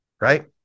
right